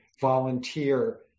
volunteer